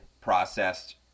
processed